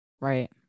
Right